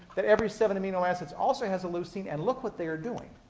that every seven amino acids also has a leucine. and look what they are doing.